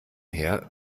her